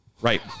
right